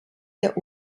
der